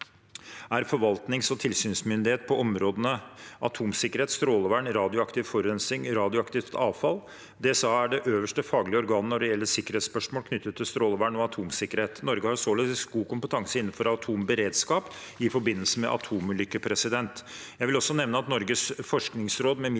er forvaltnings- og tilsynsmyndighet på områdene atomsikkerhet, strålevern, radioaktiv forurensning og radioaktivt avfall. DSA er det øverste faglige organ når det gjelder sikkerhetsspørsmål knyttet til strålevern og atomsikkerhet. Norge har således god kompetanse innenfor atomberedskap i forbindelse med atomulykke. Jeg vil også nevne at Norges forskningsråd, med